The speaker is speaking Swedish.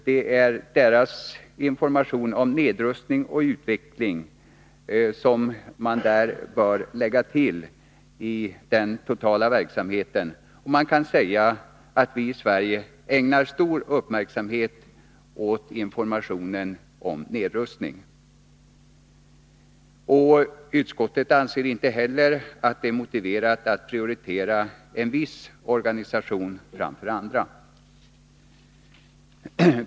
Det är SIDA:s information om nedrustning och utveckling som man bör lägga till i den totala verksamheten. Man kan säga att vi i Sverige ägnar stor uppmärksamhet åt informationen om nedrustning. Utskottet anser inte att det är motiverat att prioritera en viss organisation framför andra.